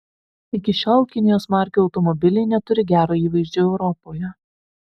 iki šiol kinijos markių automobiliai neturi gero įvaizdžio europoje